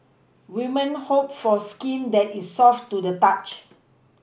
women hope for skin that is soft to the touch